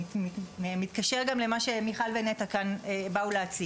זה מתקשר גם למה שמיכל ונטע כאן באו להציג,